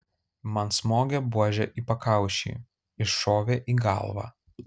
man smogė buože į pakaušį iššovė į galvą